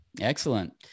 Excellent